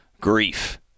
grief